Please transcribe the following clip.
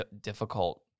difficult